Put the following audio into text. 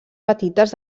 petites